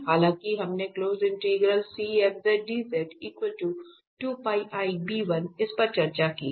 हालांकि हमने इस पर चर्चा की है